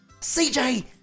CJ